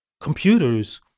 computers